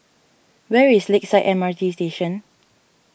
where is Lakeside M R T Station